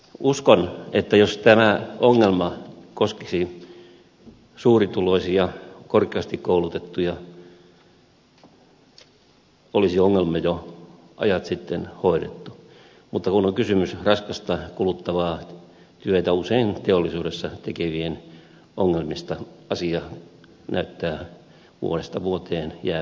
uskon että jos tämä ongelma koskisi suurituloisia korkeasti koulutettuja olisi ongelma jo ajat sitten hoidettu mutta kun on kysymys raskasta kuluttavaa työtä usein teollisuudessa tekevien ongelmista asia näyttää vuodesta vuoteen jäävän korjaamatta